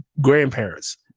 grandparents